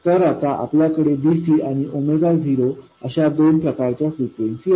तर आता आपल्याकडे dc आणि 0अशा दोन प्रकारच्या फ्रिक्वेन्सी आहेत